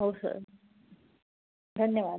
हो सर धन्यवाद